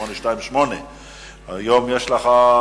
828. היום יש לך,